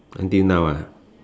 until now ah